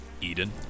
Eden